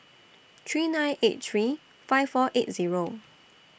three nine eight three five four eight Zero